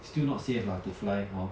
still not safe lah to fly hor